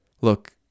Look